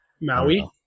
Maui